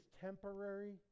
temporary